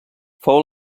fou